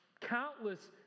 countless